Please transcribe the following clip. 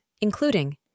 including